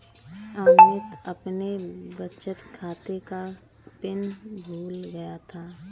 अमित अपने बचत खाते का पिन भूल गया है